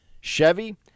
Chevy